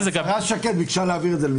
השרה שקד ביקשה להעביר את זה.